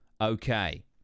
okay